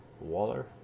Waller